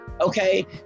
Okay